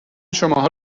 شماها